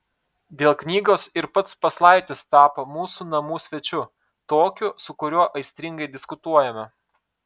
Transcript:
dėl knygos ir pats paslaitis tapo mūsų namų svečiu tokiu su kuriuo aistringai diskutuojame